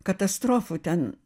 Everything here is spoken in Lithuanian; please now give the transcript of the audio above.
katastrofų ten